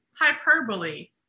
hyperbole